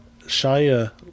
Shia